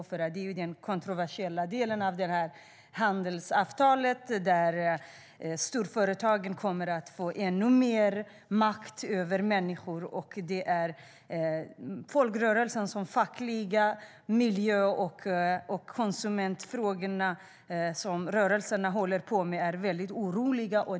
Det är nämligen den kontroversiella delen av handelsavtalet och kommer att ge storföretagen ännu mer makt över människor. I folkrörelsen, som består av fackföreningar, miljöorganisationer och konsumentföreningar, är man väldigt orolig.